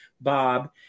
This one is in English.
Bob